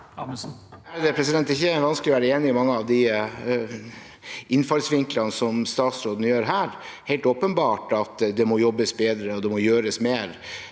Det er ikke vanskelig å være enig i mange av innfallsvinklene til statsråden. Det er helt åpenbart at det må jobbes bedre, og det må gjøres mer.